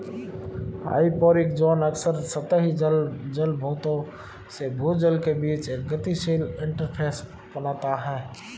hyporheic zone अक्सर सतही जल जलभृतों से भूजल के बीच एक गतिशील इंटरफ़ेस बनाता है